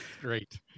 Great